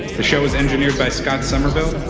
the show was engineered by scott somerville.